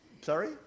Sorry